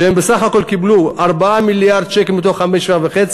שהם בסך הכול קיבלו 4 מיליארד שקלים מתוך 5.5,